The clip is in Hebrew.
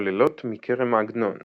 עוללות מכרם עגנון